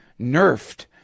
nerfed